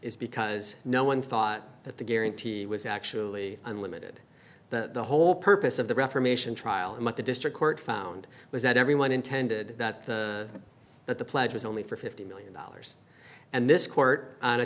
is because no one thought that the guarantee was actually unlimited the whole purpose of the reformation trial and what the district court found was that everyone intended that that the pledge was only for fifty million dollars and this court on a